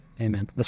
Amen